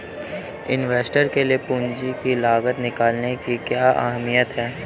Investor के लिए पूंजी की लागत निकालने की क्या अहमियत है?